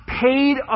paid